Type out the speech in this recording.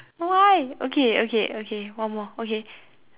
why okay okay okay one more okay